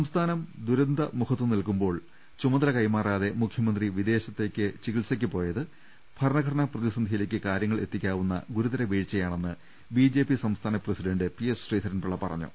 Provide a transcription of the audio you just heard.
സംസ്ഥാനം ദുരന്തമുഖത്തുനിൽക്കുമ്പോൾ ചുമതല കൈമാ റാതെ മുഖ്യമന്ത്രി വിദേശത്ത് ചികിത്സക്ക് പോയത് ഭരണഘടനാ പ്രതിസന്ധിയിലേക്ക് കാരൃങ്ങൾ എത്തിക്കാവുന്ന ഗുരുതര വീഴ്ച യാണെന്ന് ബിജെപി സംസ്ഥാന പ്രസിഡന്റ് പി എസ് ശ്രീധരൻപി ളള പറഞ്ഞു